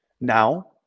Now